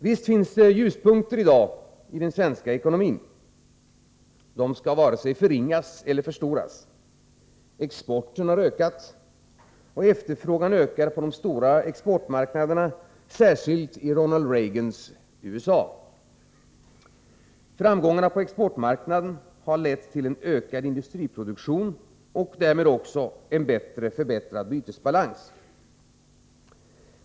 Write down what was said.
Visst finns det i dag ljuspunkter för den svenska ekonomin. Dessa skall varken förringas eller förstoras. Exporten har ökat, och efterfrågan ökar på de stora exportmarknaderna, särskilt i Ronald Reagans USA. Framgångarna på exportmarknaden har lett till en ökad industriproduktion och därmed till en förbättrad bytesbalans.